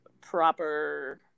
proper